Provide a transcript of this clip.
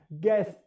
Guess